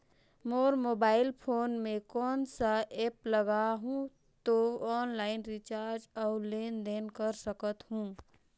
मोर mobile phone मे कोन सा एप्प लगा हूं तो ऑनलाइन रिचार्ज और लेन देन कर सकत हू?